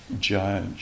judge